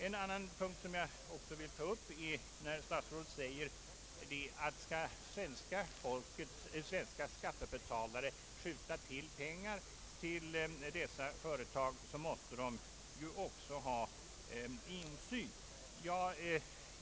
En annan punkt som jag också vill ta upp är statsrådets påstående, att om svenska skattebetalare skall skjuta till pengar till dessa företag, måste staten också ha insyn i företagen.